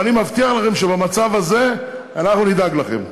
ואני מבטיח לכם שבמצב הזה אנחנו נדאג לכם.